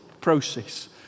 process